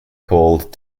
called